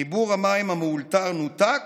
חיבור המים המאולתר נותק